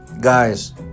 guys